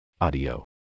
Audio